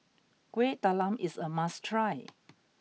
Kueh Talam is a must try